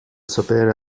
sapere